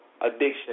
addiction